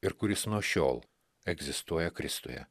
ir kuris nuo šiol egzistuoja kristuje